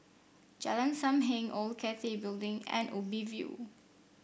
Jalan Sam Heng Old Cathay Building and Ubi View